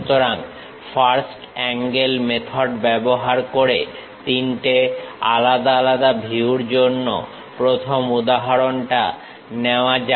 সুতরাং first angle method ব্যবহার করে তিনটে আলাদা আলাদা ভিউর জন্য প্রথম উদাহরণটা নেওয়া যাক